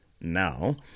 now